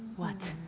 what